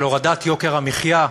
של הורדת יוקר המחיה,